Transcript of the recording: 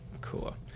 cool